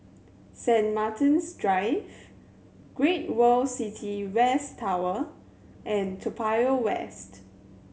St Martin's Drive Great World City West Tower and Toa Payoh West